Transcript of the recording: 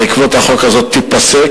בעקבות החוק הזה תיפסק,